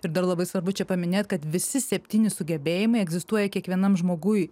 ir dar labai svarbu čia paminėt kad visi septyni sugebėjimai egzistuoja kiekvienam žmoguj